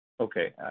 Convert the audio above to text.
Okay